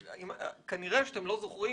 כנראה שאתם לא זוכרים,